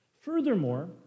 Furthermore